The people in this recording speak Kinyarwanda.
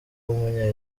w’umunya